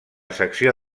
secció